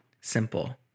Simple